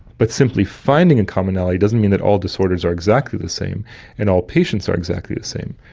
but simply finding a commonality doesn't mean that all disorders are exactly the same and all patients are exactly the same.